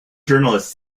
journalist